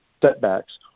setbacks